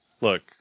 look